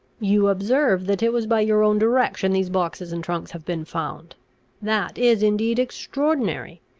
you observe that it was by your own direction these boxes and trunks have been found that is indeed extraordinary.